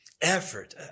effort